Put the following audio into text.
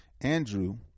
Andrew